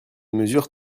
mesures